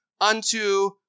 unto